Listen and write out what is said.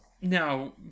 now